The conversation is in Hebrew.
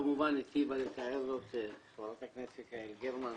כמובן, היטיבה לתאר זאת חברת הכנסת יעל גרמן,